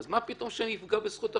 אז מה פתאום שנפגע בזכות החפות?